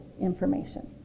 information